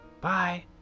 Bye